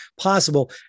possible